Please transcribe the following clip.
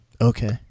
Okay